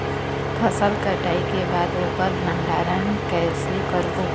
फसल कटाई के बाद ओकर भंडारण कइसे करबो?